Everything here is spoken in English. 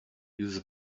use